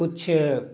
کچھ